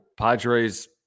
Padres –